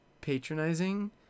patronizing